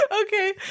Okay